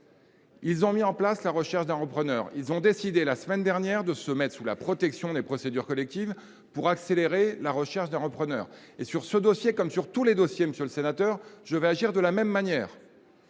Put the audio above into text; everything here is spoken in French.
ont mis en place la recherche d’un repreneur. Ils ont décidé la semaine dernière de se mettre sous la protection des procédures collectives pour accélérer ce processus. Sur ce dossier, comme sur tous les autres, monsieur le sénateur, je vais agir de la même manière